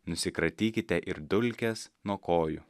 nusikratykite ir dulkes nuo kojų